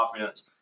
offense